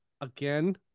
Again